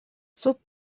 суд